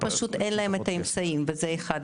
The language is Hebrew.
פשוט אין להן את האמצעים וזה אחת